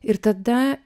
ir tada